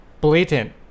blatant